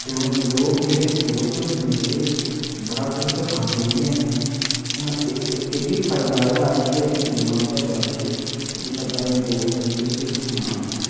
लोक जेह्ड़े दोस्त होंदे न जेह्ड़े बड़ा कुछ सखांदे बी हैन हून इस इक एह् बी फायदा ऐ कि असेंगी गेमां बिच्चा बड़ा किश ओह् बी लब्भा दे न दोस्त असेंगी किश किश सना दे न